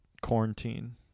quarantine